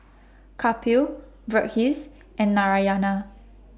Kapil Verghese and Narayana